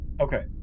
Okay